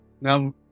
Now